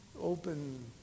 open